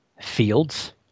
fields